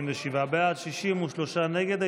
47 בעד, 63 נגד.